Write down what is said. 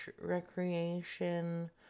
recreation